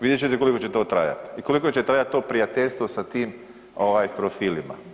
Vidjet ćete koliko će to trajati i koliko će trajati to prijateljstvo sa tim profilima.